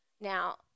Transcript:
Now